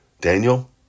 Daniel